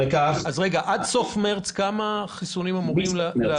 עד סוף מרץ כמה חיסונים אמורים להגיע?